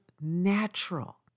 natural